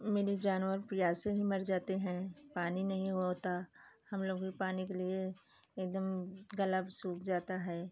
मेरी जानवर प्यासे ही मर जाते हैं पानी नहीं होता हम लोग भी पानी के लिए एकदम गला सूख जाता है